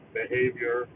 behavior